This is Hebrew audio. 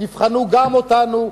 תבחנו גם אותנו,